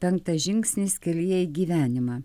penktas žingsnis kelyje į gyvenimą